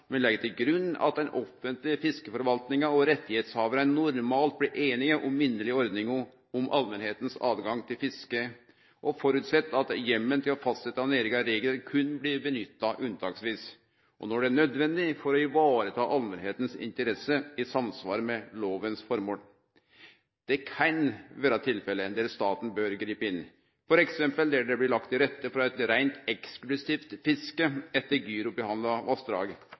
legg til grunn at den offentlege fiskeforvaltninga og rettshavarane normalt blir einige om minnelege ordningar om allmentas rett til fiske. Dei føreset at heimelen til å fastsetje nærmare reglar berre blir nytta unntaksvis når det er nødvendig for å vareta allmentas interesser i samsvar med lovas føremål. Det kan vere tilfelle der staten bør gripe inn, f.eks. dersom det blir lagt til rette for eit reint eksklusivt fiske